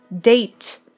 date